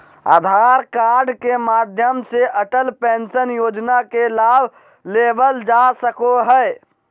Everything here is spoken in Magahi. आधार कार्ड के माध्यम से अटल पेंशन योजना के लाभ लेवल जा सको हय